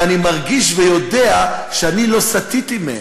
ואני מרגיש ויודע שאני לא סטיתי מהם.